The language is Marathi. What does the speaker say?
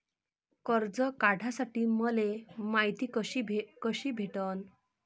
कर्ज काढासाठी मले मायती कशी भेटन?